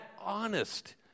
honest